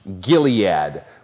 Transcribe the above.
Gilead